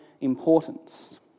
importance